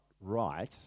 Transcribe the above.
right